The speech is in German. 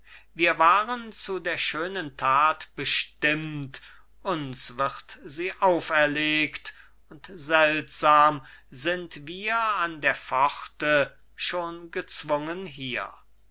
wir waren zu der schönen that bestimmt uns wird sie auferlegt und seltsam sind wir an der pforte schon gezwungen hier